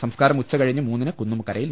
സംസ്കാരം ഉച്ച കഴിഞ്ഞ് മൂന്നിന് കുന്നുമ്മക്കരയിൽ